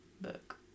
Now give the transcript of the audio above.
book